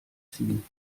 ziehen